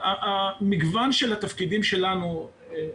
מגוון התפקידים של רמ"י,